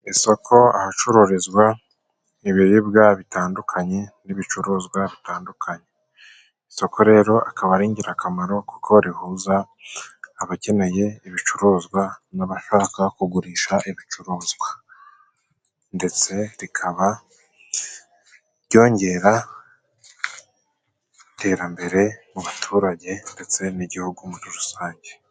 Isoko ahacururizwa ibiribwa bitandukanye n'ibicuruzwa bitandukanye. Isoko rero akaba ari ingirakamaro kuko rihuza abakeneye ibicuruzwa n'abashaka kugurisha ibicuruzwa. Ndetse rikaba ryongera iterambere mu baturage ndetse n'igihugu muri rusange.